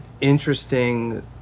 interesting